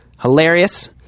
Hilarious